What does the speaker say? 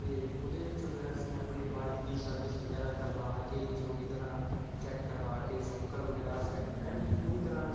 ਅਤੇ ਉਹਦੇ ਵਿੱਚੋਂ ਫਿਰ ਅਸੀਂ ਆਪਣੀ ਬਾਈਕ ਦੀ ਸਰਵਿਸ ਵਗੈਰਾ ਕਰਵਾ ਕੇ ਚੰਗੀ ਤਰ੍ਹਾਂ ਚੈੱਕ ਕਰਵਾ ਕੇ ਛੋਕਰ ਵਗੈਰਾ ਸੈੱਟ ਐਨ ਪੂਰੀ ਤਰ੍ਹਾਂ